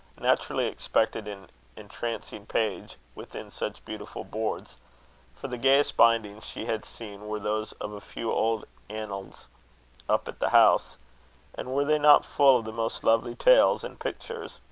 naturally expected an entrancing page within such beautiful boards for the gayest bindings she had seen, were those of a few old annuals up at the house and were they not full of the most lovely tales and pictures?